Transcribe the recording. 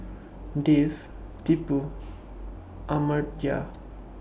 Dev Tipu Amartya